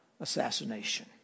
assassination